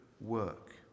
work